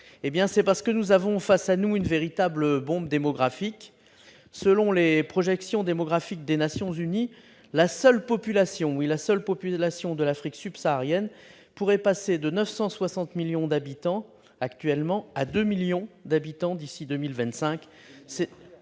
? Parce que nous avons face à nous une véritable bombe démographique. Selon les projections démographiques des Nations unies, la seule population de l'Afrique subsaharienne pourrait passer de 960 millions à 2 milliards d'habitants d'ici